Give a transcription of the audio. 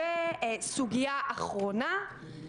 סוגיה אחרונה.